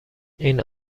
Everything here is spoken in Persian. این